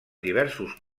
diversos